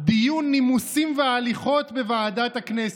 דיון נימוסים והליכות בוועדת הכנסת.